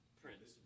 prince